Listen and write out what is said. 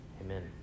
Amen